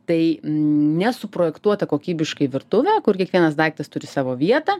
tai nesuprojektuota kokybiškai virtuvė kur kiekvienas daiktas turi savo vietą